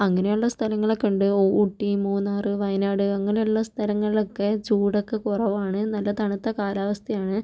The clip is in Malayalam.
അങ്ങനെയുള്ള സ്ഥങ്ങളൊക്കെ ഉണ്ട് ഊട്ടി മൂന്നാറ് വയനാട് അങ്ങനെയുള്ള സ്ഥലങ്ങളിലൊക്കെ ചൂടൊക്കെ കുറവാണ് നല്ല തണുത്ത കാലാവസ്ഥയാണ്